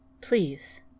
Please